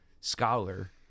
scholar